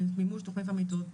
מימוש תוכנית המיטות,